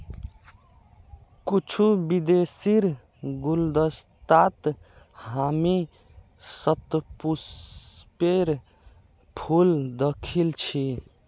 कुछू विदेशीर गुलदस्तात हामी शतपुष्पेर फूल दखिल छि